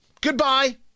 Goodbye